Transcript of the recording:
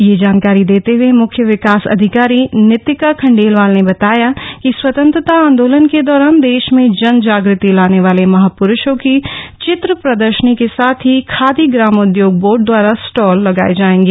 यह जानकारी देते हए मुख्य विकास अधिकारी नीतिका खंडेलवाल ने बताया कि स्वतंत्रता आंदोलन के दौरान देश में जन जाग़ति लाने वाले महापुरुषों की चित्र प्रदर्शनी के साथ ही खादी ग्रामोद्योग बोर्ड द्वारा स्टॉल लगाए जाएंगे